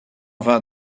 vain